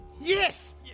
Yes